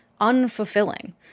unfulfilling